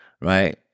right